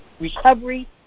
recovery